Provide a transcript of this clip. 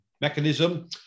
mechanism